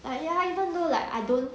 like ya even though like I don't